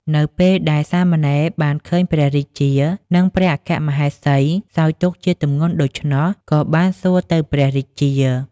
នៅពេលដែលសាមណេរបានឃើញព្រះរាជា និងព្រះអគ្គមហេសីសោយទុក្ខជាទម្ងន់ដូច្នោះ ក៏បានសួរទៅព្រះរាជា។